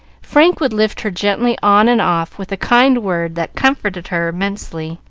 frank would lift her gently on and off, with a kind word that comforted her immensely,